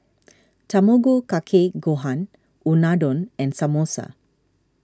Tamago Kake Gohan Unadon and Samosa